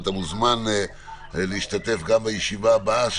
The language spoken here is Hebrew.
אתה מוזמן להשתתף גם בישיבה הבאה,